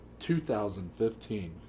2015